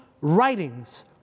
writings